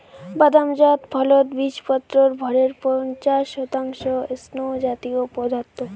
বাদাম জাত ফলত বীচপত্রর ভরের পঞ্চাশ শতাংশ স্নেহজাতীয় পদার্থ